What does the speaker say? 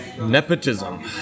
Nepotism